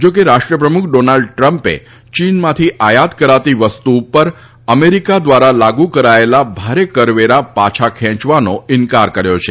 જો કે રાષ્ટ્રપ્રમુખ ડોનાલ્ડ ટ્રમ્પે ચીનમાંથી આયાત કરાતી વસ્તુ ઉપર અમેરીકા ધ્વારા લાગુ કરાયેલ ભારે કરવેરા પાછા ખેંચવાનો ઇન્કાર કર્યો છે